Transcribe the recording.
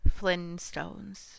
Flintstones